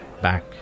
Back